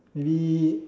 maybe